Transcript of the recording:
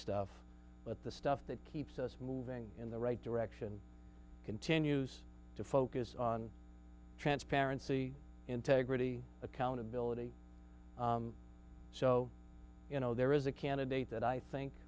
stuff but the stuff that keeps us moving in the right direction continues to focus on transparency integrity accountability so you know there is a candidate that i think